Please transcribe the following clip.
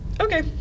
Okay